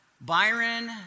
Byron